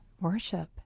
worship